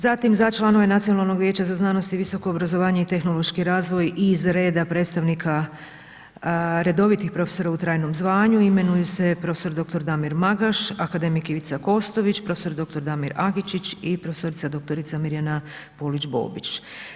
Zatim za članove Nacionalnog vijeća za znanost, visoko obrazovanje i tehnološki razvoj iz reda predstavnika redovitih profesora u trajnom zvanju imenuju se prof.dr. Damir Magaš, akademik Ivica Kostović, prof.dr. Damir Agičić i prof.dr. Mirjana Polić Bobić.